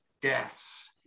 deaths